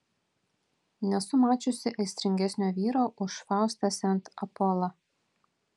nesu mačiusi aistringesnio vyro už faustą sent apolą